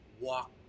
Walk